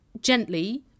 gently